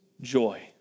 joy